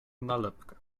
nalepkę